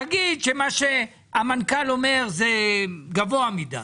להגיד שמה שהמנכ"ל אומר זה גבוה מדיי.